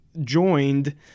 joined